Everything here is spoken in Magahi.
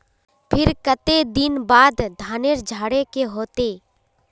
फिर केते दिन बाद धानेर झाड़े के होते?